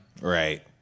Right